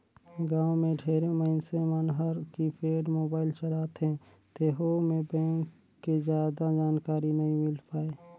गांव मे ढेरे मइनसे मन हर कीपेड मोबाईल चलाथे तेहू मे बेंक के जादा जानकारी नइ मिल पाये